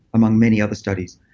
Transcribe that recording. among many other studies,